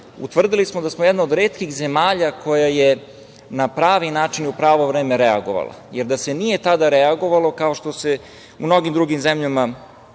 Utvrdili smo da smo jedna od retkih zemalja koja je na pravi način, u pravo vreme reagovala, jer da se nije tada reagovalo, kao što se u mnogim drugim zemljama